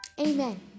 Amen